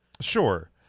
Sure